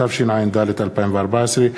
התשע"ד 2014,